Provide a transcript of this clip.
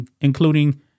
including